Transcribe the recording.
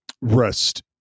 Rest